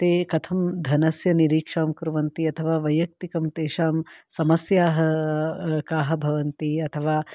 ते कथं धनस्य निरीक्षां कुर्वन्ति अथवा वैयक्तिकं तेषां समस्याः काः भवन्ति अथवा